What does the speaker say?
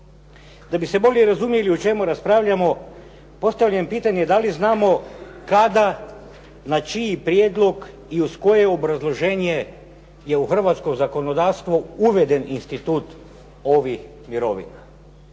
Da bi se bolje razumjeli o čemu raspravljamo, postavljam pitanje da li znamo kad na čiji prijedlog i uz koje obrazloženje je u hrvatskog zakonodavstvo uveden institut ovih mirovina?